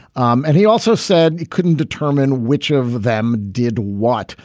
um and he also said he couldn't determine which of them did what.